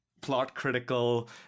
plot-critical